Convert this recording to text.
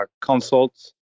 consults